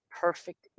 perfect